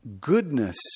goodness